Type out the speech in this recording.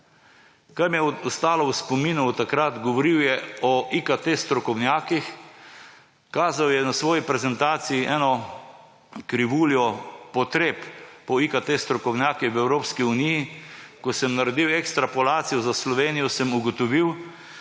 Kar mi je ostalo v spominu od takrat, govoril je o IKT strokovnjakih, kazal je na svoji prezentaciji eno krivuljo potreb po IKT strokovnjakih v Evropski uniji. Ko sem naredil ekstrapolacijo za Slovenijo, sem ugotovil,